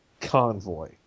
Convoy